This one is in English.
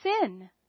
sin